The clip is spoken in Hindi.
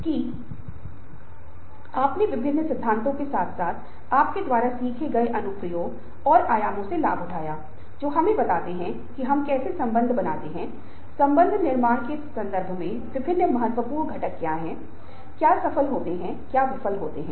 तो इसलिए आपका आंतरिक कोर क्या करना चाहता है आपका आंतरिक स्वयं आपको क्या करना चाहता है जो आपके व्यवहार का नोदक होगा और आप पाएंगे कि आपको ऐसा करने का जुनून है और अंतिम मे प्रेरणा के लिए आवधिक रिचार्जिंग की आवश्यकता होती है